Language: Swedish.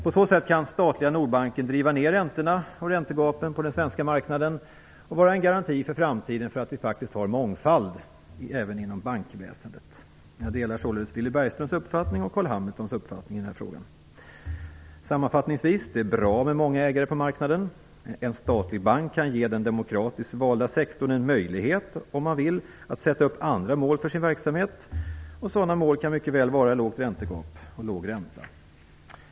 På så sätt kan statliga Nordbanken driva ned räntorna och räntegapen på den svenska marknaden och vara en garanti för framtida mångfald även inom bankväsendet. Jag delar således Willy Bergströms och Carl Hamiltons uppfattning i denna fråga. Sammanfattningsvis vill jag säga att det är bra med många ägare på marknaden. En statlig bank kan ge den demokratiskt valda sektorn en möjlighet att, om man vill, sätta upp andra mål för sin verksamhet. Sådana mål kan mycket väl vara litet räntegap och låg ränta.